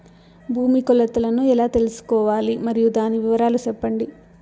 భూమి కొలతలను ఎలా తెల్సుకోవాలి? మరియు దాని వివరాలు సెప్పండి?